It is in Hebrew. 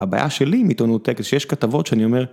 הבעיה שלי מעיתונות טק, שיש כתבות שאני אומר...